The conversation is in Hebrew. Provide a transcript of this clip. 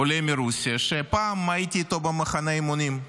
עולה מרוסיה שפעם הייתי איתו במחנה אימונים,